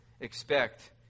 expect